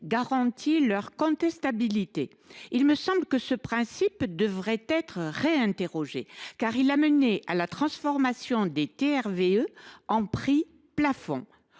garantit leur contestabilité. Il me semble que ce principe devrait être remis en cause, car il a mené à la transformation des TRV en prix plafonds,